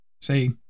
Say